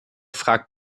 fragt